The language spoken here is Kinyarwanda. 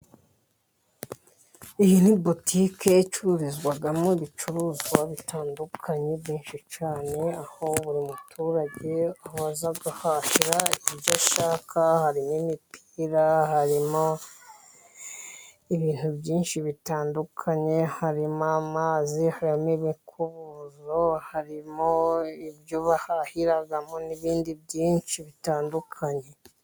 Iyi ni botique icururizwamo ibicuruzwa bitandukanye byinshi cyane ,aho buri muturage aba aza agahahira ibyo ashaka, hari n'imipira . Harimo ibintu byinshi bitandukanye, harimo amazi ,harimo imikubuzo, harimo ibyo bahahiramo n'ibindi byinshi bitandukanye.